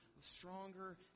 stronger